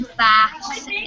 facts